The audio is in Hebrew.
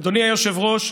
אדוני היושב-ראש,